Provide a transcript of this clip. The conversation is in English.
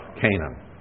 Canaan